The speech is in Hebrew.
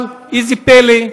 אבל, איזה פלא,